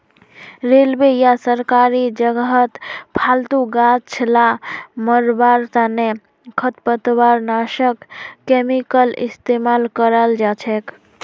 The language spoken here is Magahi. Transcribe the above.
रेलवे या सरकारी जगहत फालतू गाछ ला मरवार तने खरपतवारनाशक केमिकल इस्तेमाल कराल जाछेक